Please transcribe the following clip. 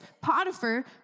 Potiphar